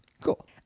cool